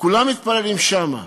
וכולם מתפללים שם,